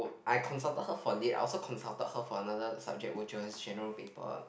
I consulted her for lit I also consulted her for another subject which was General Paper